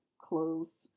clothes